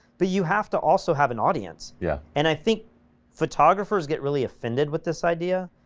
but you have to also have an audience, yeah, and i think photographers get really offended with this idea,